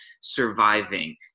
surviving